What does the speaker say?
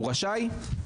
הוא רשאי?